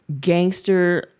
gangster